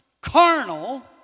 carnal